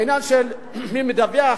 העניין של מי מדווח,